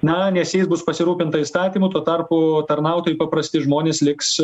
na nes jei bus pasirūpinta įstatymu tuo tarpu tarnautojai paprasti žmonės liks